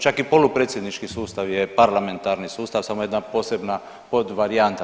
Čak i polupredsjednički sustav je parlamentarni sustav samo jedna posebna podvarijanta.